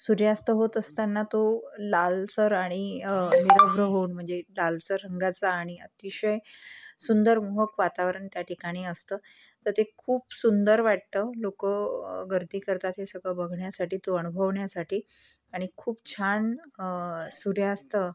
सूर्यास्त होत असताना तो लालसर आणि निरभ्र होऊन म्हणजे लालसर रंगाचा आणि अतिशय सुंदर मोहक वातावरण त्या ठिकाणी असतं तर ते खूप सुंदर वाटतं लोकं गर्दी करतात हे सगळं बघण्यासाठी तो अनुभवण्यासाठी आणि खूप छान सूर्यास्त